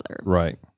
Right